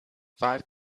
five